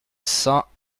cents